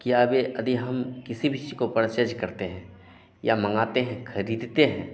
कि अब ये अदि हम किसी भी चीज़ को पड़चेज करते हैं या मँगाते हैं ख़रीदते हैं